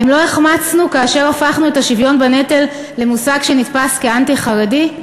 האם לא החמצנו כאשר הפכנו את השוויון בנטל למושג שנתפס כאנטי-חרדי?